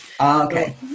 Okay